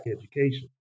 education